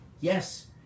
Yes